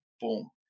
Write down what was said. boom